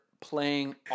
playing